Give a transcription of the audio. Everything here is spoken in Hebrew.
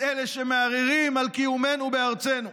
את אלה שמערערים על קיומנו בארצנו.